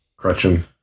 Crutchin